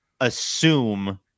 assume